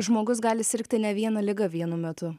žmogus gali sirgti ne vieną ligą vienu metu